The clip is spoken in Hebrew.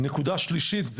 נקודה שלישית,